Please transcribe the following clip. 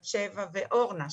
בת שבע ואורנה,